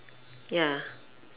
ya